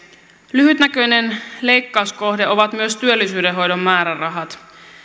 lyhytnäköinen leikkauskohde on myös työllisyyden hoidon määrärahat